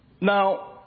Now